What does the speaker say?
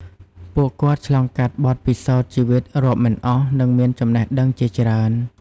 ពួកគាត់ឆ្លងកាត់បទពិសោធន៍ជីវិតរាប់មិនអស់ និងមានចំណេះដឹងជាច្រើន។